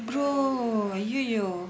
brother !aiyoyo!